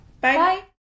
Bye